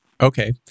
Okay